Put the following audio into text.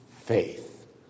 faith